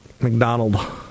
McDonald